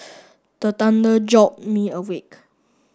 the thunder jolt me awake